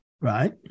right